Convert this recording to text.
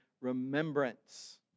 remembrance